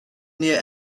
near